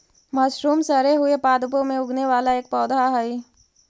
mushroom सड़े हुए पादपों में उगने वाला एक पौधा हई